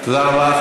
תודה רבה.